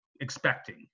expecting